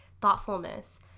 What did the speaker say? thoughtfulness